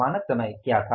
मानक समय क्या था